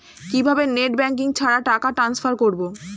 কিভাবে net banking ছাড়া টাকা টান্সফার করব?